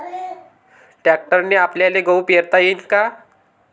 ट्रॅक्टरने आपल्याले गहू पेरता येईन का?